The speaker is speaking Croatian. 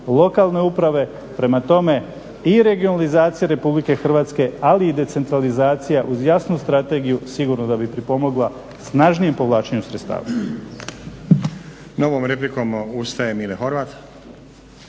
lokalne uprave, prema tome i regionalizacija RH ali i decentralizacija uz jasnu strategiju sigurno da bi pripomogla snažnijem povlačenju sredstava.